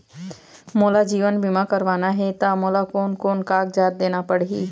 मोला जीवन बीमा करवाना हे ता मोला कोन कोन कागजात देना पड़ही?